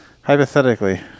Hypothetically